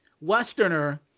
Westerner